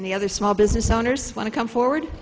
and the other small business owners want to come forward